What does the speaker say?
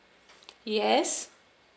yes